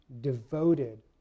devoted